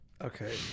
Okay